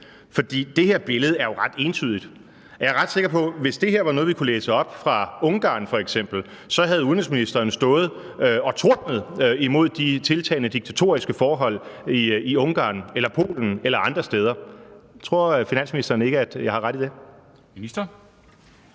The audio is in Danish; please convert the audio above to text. For det her billede er jo ret entydigt, og jeg er ret sikker på, at hvis det her var noget, vi kunne læse op vedrørende Ungarn f.eks., så havde udenrigsministeren stået og tordnet imod de tiltagende diktatoriske forhold i Ungarn – eller Polen eller andre steder. Tror finansministeren ikke, at jeg har ret i det? Kl.